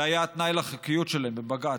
זה היה התנאי לחוקיות שלהן בבג"ץ,